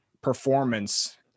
performance